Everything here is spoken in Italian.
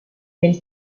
del